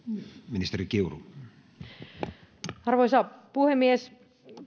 arvoisa puhemies